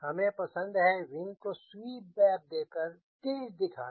हमें पसंद है विंग को स्वीप बैक देकर तेज़ दिखाना